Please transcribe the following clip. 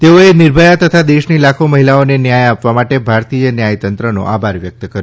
તેઓએ નિર્ભયા તથા દેશની લાખો મહિલાઓને ન્યાય આપવા માટે ભારતીય ન્યાયતંત્રનો આભાર વ્યક્ત કર્યો